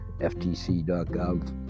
ftc.gov